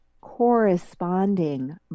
corresponding